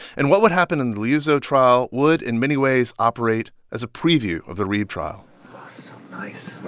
and what would happen in the liuzzo trial would, in many ways, operate as a preview of the reeb trial oh,